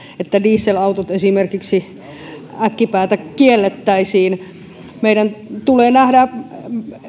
että esimerkiksi dieselautot äkkipäätä kiellettäisiin meidän tulee nähdä